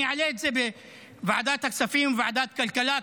אני אעלה את זה בוועדת הכספים, בוועדת כלכלה.